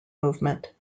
movement